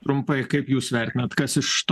trumpai kaip jūs vertinat kas iš to